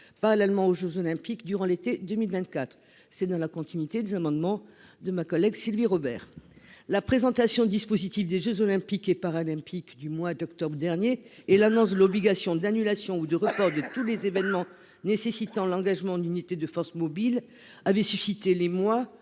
parallèlement aux jeux Olympiques et Paralympiques, durant l'été 2024, s'inscrivent dans la continuité de ceux de ma collègue Sylvie Robert. La présentation du dispositif des jeux Olympiques et Paralympiques au mois d'octobre dernier et l'annonce de l'obligation d'annulation ou de report de tous les événements nécessitant l'engagement d'unités de force mobile avaient suscité l'émoi